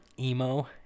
emo